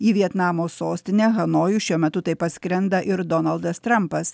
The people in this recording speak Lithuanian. į vietnamo sostinę hanojų šiuo metu taip pat skrenda ir donaldas trampas